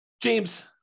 James